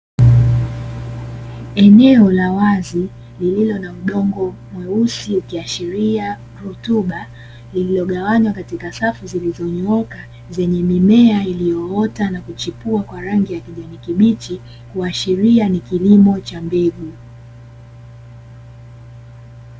Eneo la wazi lililo na udongo mweusi ukiashiria rutuba lililogawanywa katika safu zilizonyooka, zenye mimea iliyoota na kuchipua kwa rangi ya kijani kibichi kuashiria ni kilimo cha mbegu.